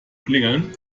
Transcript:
klingeln